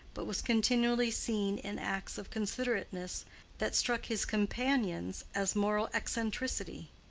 but was continually seen in acts of considerateness that struck his companions as moral eccentricity.